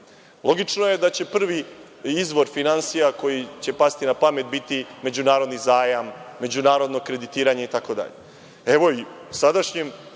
radove? Logično je da će prvi izvor finansija, koji će pasti na pamet, biti međunarodni zajam, međunarodno kreditiranje, itd.